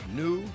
new